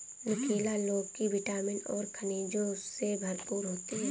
नुकीला लौकी विटामिन और खनिजों से भरपूर होती है